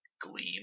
gleam